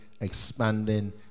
expanding